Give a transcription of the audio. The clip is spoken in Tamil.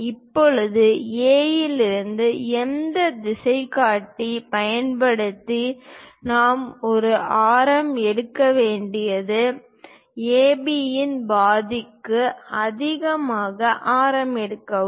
இப்போது A இலிருந்து எங்கள் திசைகாட்டி பயன்படுத்தி நாம் ஒரு ஆரம் எடுக்க வேண்டியது AB இன் பாதிக்கும் அதிகமான ஆரம் எடுக்கவும்